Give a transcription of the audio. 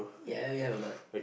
ya we have a lot